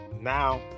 now